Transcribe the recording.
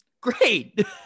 Great